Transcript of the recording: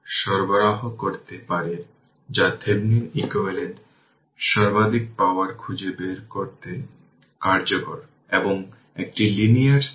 সুতরাং এখানে 01 Vx এখানে Vx আছে এবং খুঁজে বের করতে হবে RL এবং RL সমান